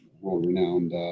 world-renowned